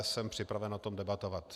Jsem připraven o tom debatovat.